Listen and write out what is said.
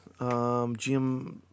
GM